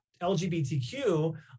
LGBTQ